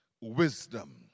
wisdom